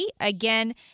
Again